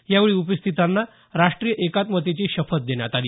यावेळी उपस्थितांना राष्ट्रीय एकात्मतेची शपथ देण्यात आली